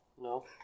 No